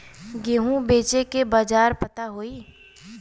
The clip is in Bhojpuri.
गेहूँ बेचे के बाजार पता होई?